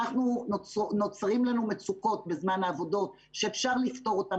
נוצרים לנו מצוקות בזמן העבודות שאפשר לפתור אותן